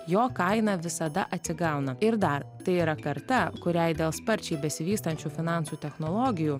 jo kaina visada atsigauna ir dar tai yra karta kuriai dėl sparčiai besivystančių finansų technologijų